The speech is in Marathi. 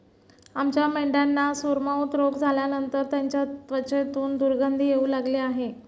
आमच्या मेंढ्यांना सोरमाउथ रोग झाल्यानंतर त्यांच्या त्वचेतून दुर्गंधी येऊ लागली आहे